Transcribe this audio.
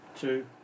two